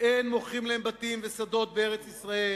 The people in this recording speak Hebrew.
"אין מוכרים להם בתים ושדות בארץ-ישראל.